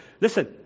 Listen